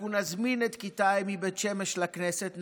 אנחנו נזמין את כיתה ה' מבית שמש לכנסת,